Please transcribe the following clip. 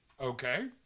Okay